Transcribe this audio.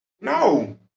No